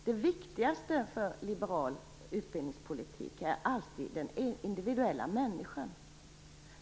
Det viktigaste för liberal utbildningspolitik är alltid den individuella människan.